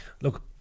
Look